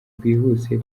bwihuse